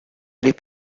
les